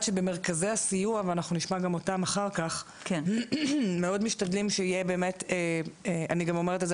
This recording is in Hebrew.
שבמרכזי הסיוע מאוד משתדלים שיהיה אני גם אומרת את זה,